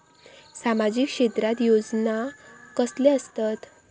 सामाजिक क्षेत्रात योजना कसले असतत?